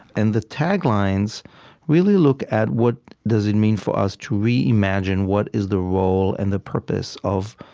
and the taglines really look at what does it mean for us to reimagine what is the role and the purpose of,